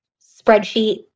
spreadsheet